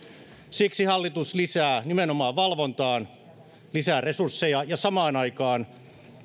siksi hallitus lisää nimenomaan valvontaan resursseja ja samaan aikaan